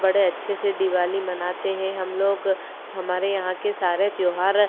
बड़े अच्छे से दिवाली मनाते है हम लोग हमारे यहाँ के सारे त्योहार